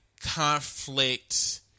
conflict